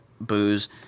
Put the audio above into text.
booze